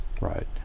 Right